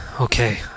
Okay